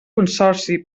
consorci